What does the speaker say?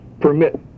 permit